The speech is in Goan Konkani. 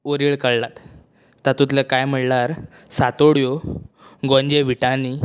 वरेळ काडल्यात तातूंतले कांय म्हणळ्यार सातोड्यो गोंजे विटांनी